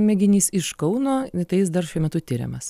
mėginys iš kauno tai jis dar šiuo metu tiriamas